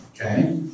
okay